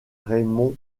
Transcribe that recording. raymond